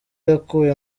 yakuye